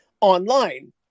online